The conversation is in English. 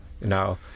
Now